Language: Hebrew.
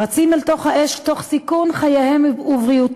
רצים אל תוך האש תוך סיכון חייהם ובריאותם,